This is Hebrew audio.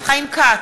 חיים כץ,